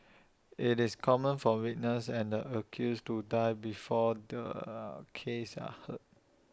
IT is common for witnesses and the accused to die before their cases are heard